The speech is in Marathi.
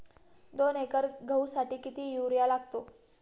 दोन एकर गहूसाठी किती युरिया लागतो?